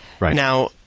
Now